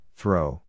throw